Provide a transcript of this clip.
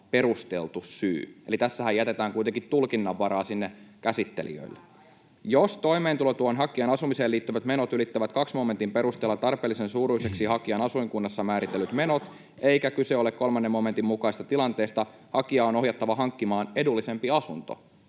perusteltu syy”. Eli tässähän jätetään kuitenkin tulkinnanvaraa sinne käsittelijöille. [Katri Kulmuni: Määräajaksi!] ”Jos toimeentulotuen hakijan asumiseen liittyvät menot ylittävät 2 momentin perusteella tarpeellisen suuruiseksi hakijan asuinkunnassa määritellyt menot eikä kyse ole 3 momentin mukaisista tilanteista, hakijaa on ohjattava hankkimaan edullisempi asunto.”